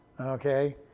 Okay